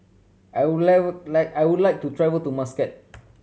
I would live I would like to travel to Muscat